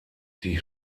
sie